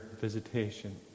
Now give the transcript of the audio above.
visitation